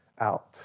out